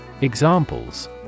Examples